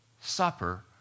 supper